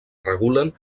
regulen